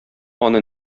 аны